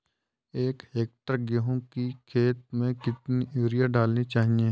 एक हेक्टेयर गेहूँ की खेत में कितनी यूरिया डालनी चाहिए?